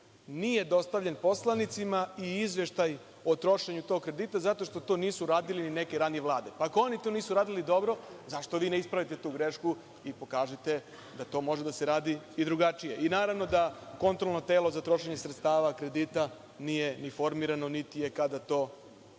nije dostavljen poslanicima i izveštaj o trošenju tog kredita, zato što to nisu radile ni neke ranije vlade. Pa, ako oni to nisu radili dobro, zašto vi ne ispravite tu grešku i pokažite da to može da se radi drugačije, i naravno da kontrolno telo za trošenje sredstava kredita nije ni formirano niti se kada